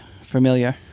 familiar